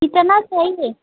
कितना चाहिए